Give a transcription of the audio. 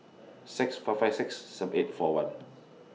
six four five six seven eight four one